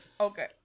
Okay